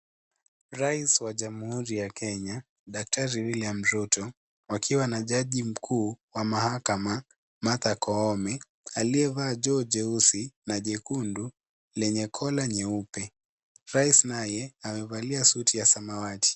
Rais wa jamuhuri ya Kenya daktari William Ruto akiwa na jaji mkuu wa mahakama Martha Koome aliyevaa joo jeusi na jekundu lenye kola nyeupe rais naye amevalia suti ya samawati.